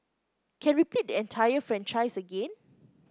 can repeat the entire franchise again